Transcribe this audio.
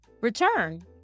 return